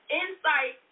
insight